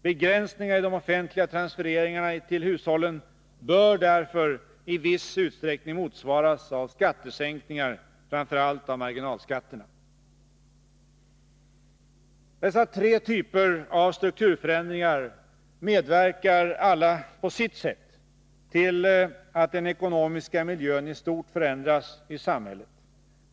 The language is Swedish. Begränsningar i de offentliga transfereringarna till hushållen bör därför i viss utsträckning motsvaras av skattesänkningar, framför allt av marginalskatterna. Dessa tre typer av strukturförändringar medverkar alla på sitt sätt till att den ekonomiska miljön i stort förändras i samhället.